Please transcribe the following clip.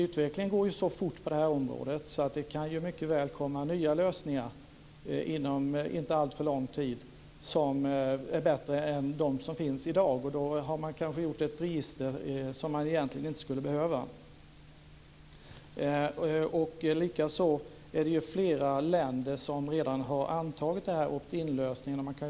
Utvecklingen går så fort på det här området att det mycket väl kan komma nya lösningar inom inte alltför lång tid som är bättre än de som finns i dag. Då kanske man har gjort ett register som man egentligen inte behöver. Det är flera länder som redan har antagit opt inlösningen.